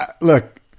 look